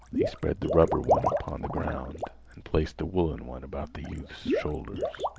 he spread the rubber one upon the ground and placed the woolen one about the youth's shoulders.